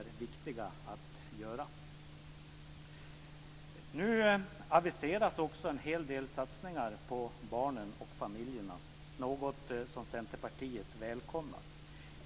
Nu aviseras också en hel del satsningar på barnen och familjerna, något som Centerpartiet välkomnar.